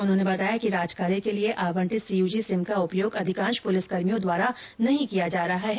उन्होंने बताया कि राजकार्य के लिए आवंटित सीयूजी सिम का उपयोग अधिकांश पुलिसकर्मियों द्वारा नहीं किया जा रहा है